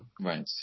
Right